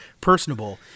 personable